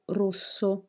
rosso